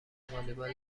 والیبال